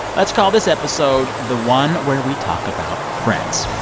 let's call this episode the one where we talk about friends.